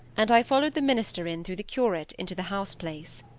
and i followed the minister in through the curate into the house-place.